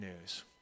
news